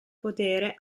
potere